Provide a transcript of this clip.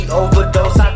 overdose